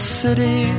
city